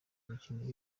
imikino